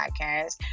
podcast